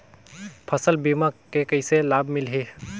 फसल बीमा के कइसे लाभ मिलही?